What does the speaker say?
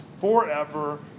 forever